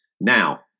Now